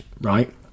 Right